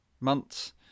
months